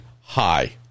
hi